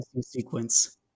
sequence